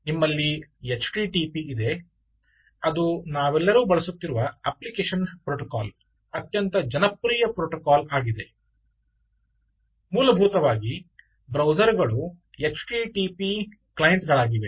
ನಿಮ್ಮಲ್ಲಿ ಎಚ್ಟಿಟಿಟಿಪಿ ಇದೆ ಅದು ನಾವೆಲ್ಲರೂ ಬಳಸುತ್ತಿರುವ ಅಪ್ಲಿಕೇಶನ್ ಪ್ರೋಟೋಕಾಲ್ ಅತ್ಯಂತ ಜನಪ್ರಿಯ ಪ್ರೋಟೋಕಾಲ್ ಆಗಿದೆ ಮೂಲಭೂತವಾಗಿ ಬ್ರೌಸರ್ಗಳು ಎಚ್ಟಿಟಿಪಿ ಕ್ಲೈಂಟ್ ಗಳಾಗಿವೆ